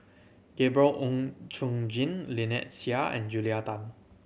Gabriel Oon Chong Jin Lynnette Seah and Julia Tan